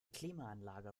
klimaanlage